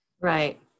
Right